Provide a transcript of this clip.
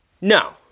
No